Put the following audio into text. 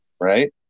Right